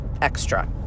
extra